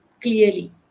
clearly